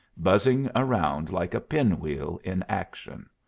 buzzing around like a pin-wheel in action.